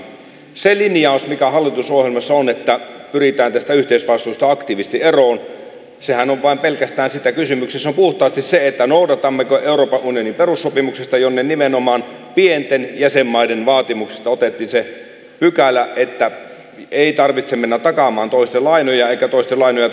siinä linjauksessahan mikä hallitusohjelmassa on että pyritään tästä yhteisvastuusta aktiivisesti eroon on kysymys puhtaasti vain siitä noudatammeko euroopan unionin perussopimusta jonne nimenomaan pienten jäsenmaiden vaatimuksesta otettiin se pykälä että ei tarvitse mennä takaamaan toisten lainoja eikä toisten lainoja tarvitse maksaa